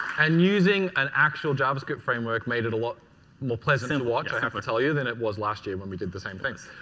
and using an actual javascript framework made it a lot more pleasant to and watch, i have to tell you than it was last year when we did the same thing.